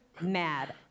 mad